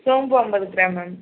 சோம்பு ஐம்பது gram ma'am